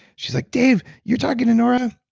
she's like, dave, you're talking to nora?